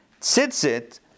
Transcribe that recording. Tzitzit